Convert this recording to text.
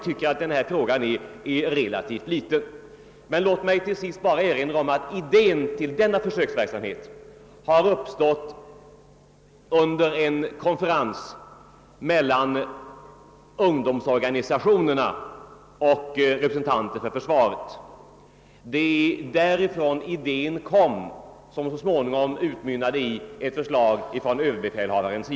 Låt mig till sist bara erinra om att idén med försöksverksamhet har uppstått under en konferens mellan ungdomsorganisationerna och representanter för försvaret. Det var sålunda därifrån den idé kom som så småningom utmynnade i ett förslag från överbefälhavaren.